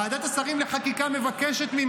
להצביע בעד או נגד חוק לפי השקפת עולמם,